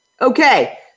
Okay